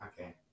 okay